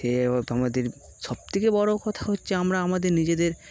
সোবে আমাদের সবথেকে বড়ো কথা হচ্ছে আমরা আমাদের নিজেদের